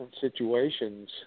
situations